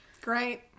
great